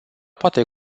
poate